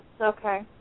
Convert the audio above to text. Okay